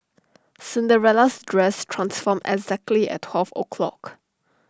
Cinderella's dress transformed exactly at twelve o' clock